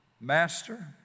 Master